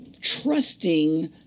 trusting